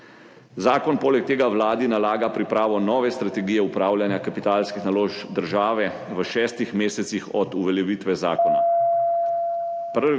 Zakon poleg tega Vladi nalaga pripravo nove strategije upravljanja kapitalskih naložb države v 6 mesecih od uveljavitve zakona.